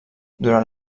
durant